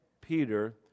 Peter